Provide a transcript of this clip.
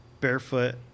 barefoot